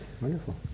wonderful